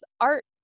art